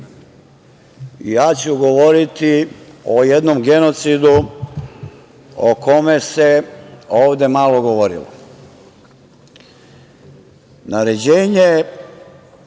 ja ću govoriti o jednom genocidu o kome se ovde malo govorilo.